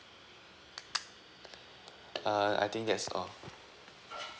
uh I think that's all